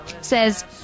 says